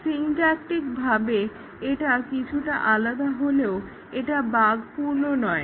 সিনটাক্টিকভাবে এটা কিছুটা আলাদা হলেও এটা বাগ্ পূর্ণ নয়